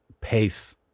pace